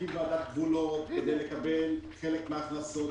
להקים ועדת גבולות כדי לקבל חלק מההכנסות,